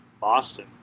boston